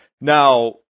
Now